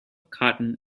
cotton